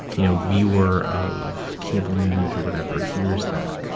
you know, viewer of cable news or whatever hears that,